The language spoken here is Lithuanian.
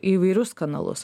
įvairius kanalus